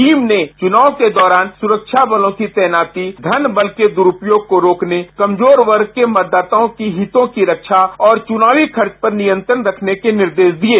team ने चुनाव के दौरन सुरक्षा बलों की तैनाती धन बल के दुरूपयोग को रोकने कमजोर वर्ग के मतदाताओं की हितों की रक्षा और चुनावी खर्च पर नियंत्रण रखने के निर्देश दिये